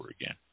again